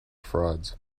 frauds